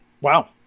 Wow